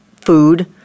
food